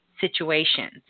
situations